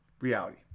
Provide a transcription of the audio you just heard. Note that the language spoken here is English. reality